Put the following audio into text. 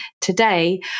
today